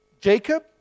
Jacob